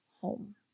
home